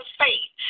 faith